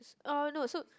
uh no so